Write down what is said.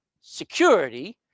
security